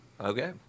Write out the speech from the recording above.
Okay